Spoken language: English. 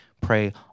Pray